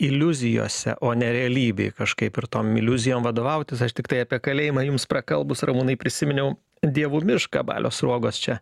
iliuzijose o ne realybėj kažkaip ir tom iliuzijom vadovautis aš tiktai apie kalėjimą jums prakalbus ramūnai prisiminiau dievų mišką balio sruogos čia